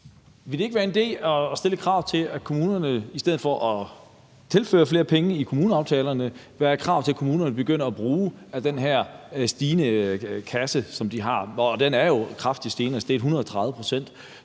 Ville det ikke være en idé, i stedet for at tilføre flere penge i kommuneaftalerne, at stille et krav om, at kommunerne begynder at bruge af den her stigende kasse, som de har? Den er jo kraftigt stigende. Altså, det er 130 pct.,